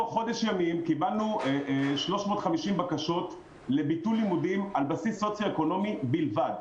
תוך חודש קיבלנו 350 בקשות לביטול לימודים על בסיס סוציו-אקונומי בלבד.